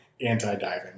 anti-diving